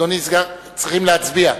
צריכים להצביע,